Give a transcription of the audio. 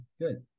good